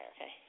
Okay